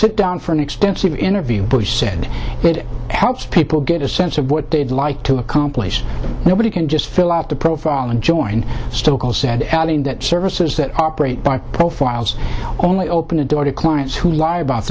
sit down for an extensive interview bush said it helps people get a sense of what they'd like to accomplish nobody can just fill out the profile and join stoeckel said adding that services that operate by profiles only open a door to clients who lie about